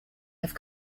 have